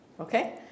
Okay